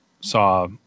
saw